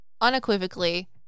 unequivocally